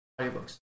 audiobooks